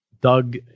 Doug